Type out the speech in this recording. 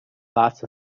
lots